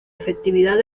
efectividad